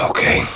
Okay